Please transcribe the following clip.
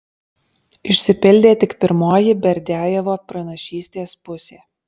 išsipildė tik pirmoji berdiajevo pranašystės pusė